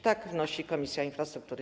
Tak wnosi Komisja Infrastruktury.